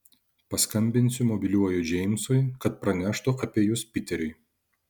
paskambinsiu mobiliuoju džeimsui kad praneštų apie jus piteriui